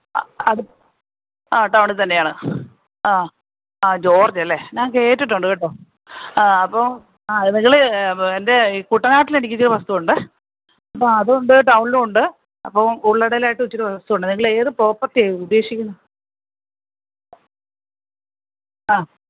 ആ ആ ടൗണിൽത്തന്നെയാണ് ആ ആ ജോര്ജ് അല്ലേ ഞാന് കേട്ടിട്ടുണ്ട് കേട്ടോ ആ അപ്പോൾ ആ നിങ്ങള് എന്റെ കുട്ടനാട്ടിൽ എനിക്ക് ഇച്ചിരി വസ്തുവുണ്ട് അപ്പം അത് ഉണ്ട് ടൗണിലും ഉണ്ട് അപ്പോൾ ഉള്ളടേലായിട്ടും ഇച്ചിരി വസ്തുവുണ്ട് നിങ്ങൾ ഏത് പ്രോപ്പര്ട്ടിയാ ഉദ്ദേശിക്കുന്നത് ആ